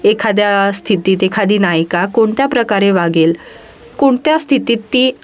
एखाद्या स्थितीत एखादी नायिका कोणत्या प्रकारे वागेल कोणत्या स्थितीत ती